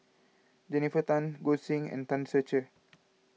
Jennifer Tan Goi Seng and Tan Ser Cher